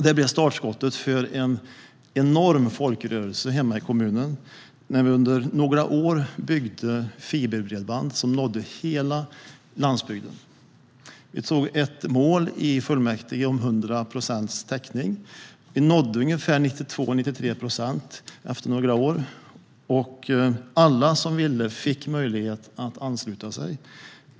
Det blev startskottet för en enorm folkrörelse hemma i min kommun. Under några år byggde vi fiberbredband som nådde hela landsbygden. I fullmäktige antog vi ett mål om 100 procents täckning. Vi nådde 92-93 procent efter några år. Alla som ville fick ansluta sig.